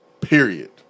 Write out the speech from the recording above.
period